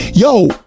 Yo